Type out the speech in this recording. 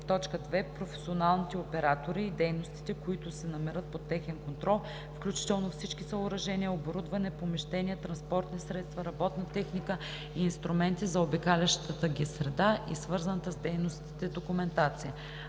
2. професионалните оператори и дейностите, които се намират под техен контрол, включително всички съоръжения, оборудване, помещения, транспортни средства, работна техника и инструменти, заобикалящата ги среда и свързаната с дейностите документация.